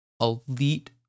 elite